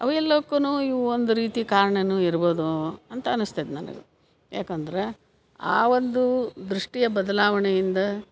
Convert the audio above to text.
ಅವು ಎಲ್ಲವ್ಕೂ ಇವು ಒಂದು ರೀತಿ ಕಾರ್ಣನೂ ಇರ್ಬೋದು ಅಂತ ಅನ್ನಿಸ್ತೈತಿ ನನಗೆ ಯಾಕೆಂದ್ರೆ ಆ ಒಂದು ದೃಷ್ಟಿಯ ಬದಲಾವಣೆಯಿಂದ